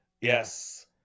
yes